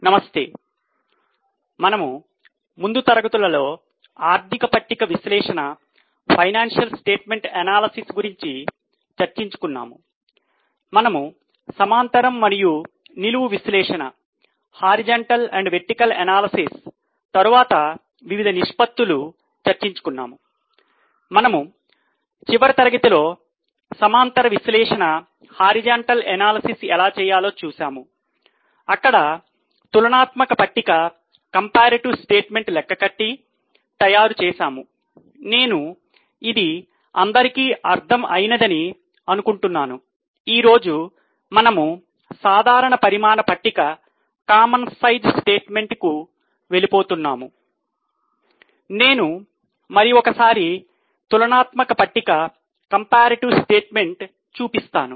నేను మరి ఒకసారి తులనాత్మక పట్టిక చూపిస్తాను